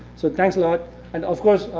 so thanks a lot. and of course,